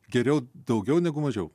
geriau daugiau negu mažiau